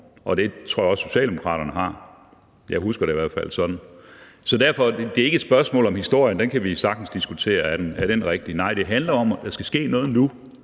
og det tror jeg også Socialdemokraterne har. Jeg husker det i hvert fald sådan. Så derfor er det ikke et spørgsmål om historieskrivningen. Vi kan sagtens diskutere, om den er rigtig. Nej, det handler om, at der skal ske noget nu